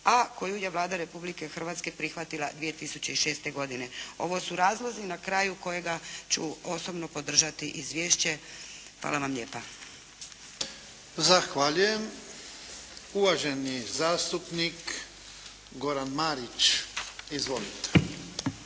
a koju je Vlada Republike Hrvatske prihvatila 2006. godine. Ovo su razlozi na kraju kojega ću osobno podržati izvješće. Hvala vam lijepa. **Jarnjak, Ivan (HDZ)** Zahvaljujem. Uvaženi zastupnik Goran Marić. Izvolite.